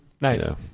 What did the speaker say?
Nice